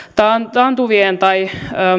taantuvien tai